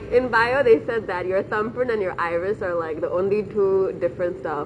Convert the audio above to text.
in biology they said that your thumbprint and your iris are like the only two different stuff